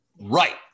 Right